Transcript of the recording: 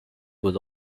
would